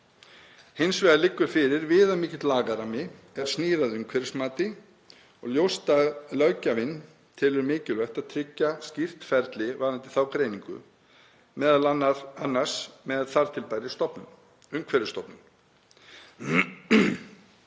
Hins vegar liggur fyrir viðamikill lagarammi er snýr að umhverfismati og ljóst að löggjafinn telur mikilvægt að tryggja skýrt ferli varðandi þá greiningu, m.a. annars með þar til bærri stofnun, Umhverfisstofnun.